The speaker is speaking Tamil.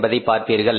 என்பதை பார்ப்பீர்கள்